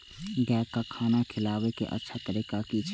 गाय का खाना खिलाबे के अच्छा तरीका की छे?